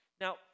Now